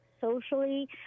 socially